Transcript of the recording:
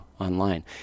online